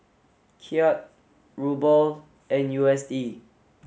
Kyat Ruble and U S D